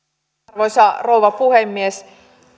arvoisa rouva puhemies